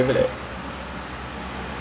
oh okay